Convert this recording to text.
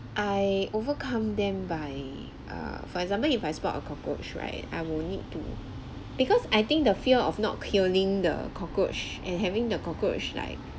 I overcome them by err for example if I spot a cockroach right I will need to because I think the fear of not killing the cockroach and having the cockroach like